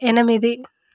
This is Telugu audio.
ఎనిమిది